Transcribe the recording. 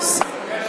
ההסתייגות לא התקבלה.